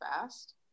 fast